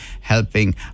helping